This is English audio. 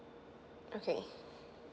okay